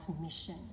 mission